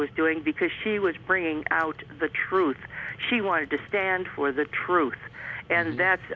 was doing because she was bringing out the truth she wanted to stand for the truth and that's